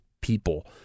people